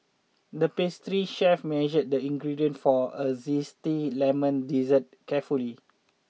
the pastry chef measured the ingredients for a zesty lemon dessert carefully